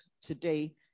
today